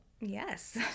Yes